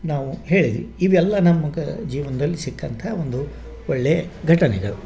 ನಾವು ಹೇಳಿದೀವಿ ಇವೆಲ್ಲ ನಮ್ಗೆ ಜೀವನ್ದಲ್ಲಿ ಸಿಕ್ಕಂಥ ಒಂದು ಒಳ್ಳೆಯ ಘಟನೆಗಳು